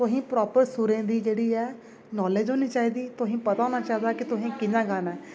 तुसें गी प्रापर सुरें दी जेह्ड़ी ऐ नालेज होनी चाहिदी तुसें पता होंना चाहिदा कि तुहें कि'यां गाना ऐ